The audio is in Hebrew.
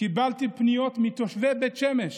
קיבלתי פניות מתושבי בית שמש.